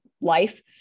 life